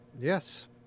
Yes